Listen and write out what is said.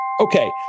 Okay